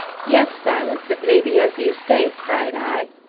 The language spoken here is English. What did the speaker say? yes, silas, it may be as you say, cried i.